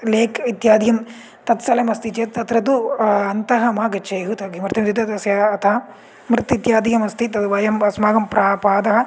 lake इत्यादिकं तत् स्थलम् अस्ति चेत् तत्र तु अन्तः मा गच्छेयुः तत् किमर्थम् इत्युक्ते तस्य अधः मृत् इत्यादिकम् अस्ति तत् वयम् अस्माकं प्रा पादः